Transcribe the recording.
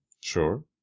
Sure